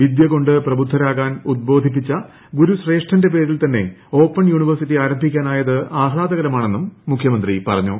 വിദ്യകൊണ്ട് പ്രബുദ്ധരാകാൻ ഉദ്ബോധിപ്പിച്ച ഗുരുശ്രേഷ്ഠന്റെ പേരിൽ തന്നെ ഓപ്പൺ യൂണിവേഴ്സിറ്റി ആരംഭിക്കാനായത് ആഹ്താദകരമാണെന്നും മുഖ്യമന്ത്രി പറഞ്ഞു